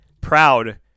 proud